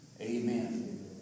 amen